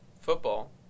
Football